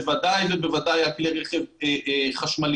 בוודאי ובוודאי על כלי רכב חשמליים.